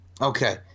Okay